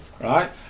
right